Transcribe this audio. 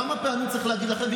כמה פעמים צריך להגיד לכם?